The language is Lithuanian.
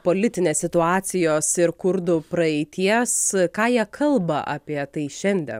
politinės situacijos ir kurdų praeities ką jie kalba apie tai šiandien